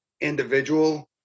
individual